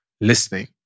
listening